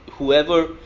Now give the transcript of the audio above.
Whoever